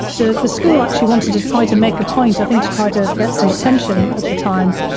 the the school actually wanted to try to make a point, i think, to try to get some attention at the time,